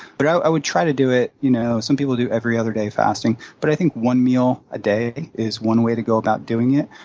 but i i would try to do it you know, some people do every other day fasting, but i think one meal a day is one way to go about doing it,